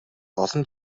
олон